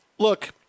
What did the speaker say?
Look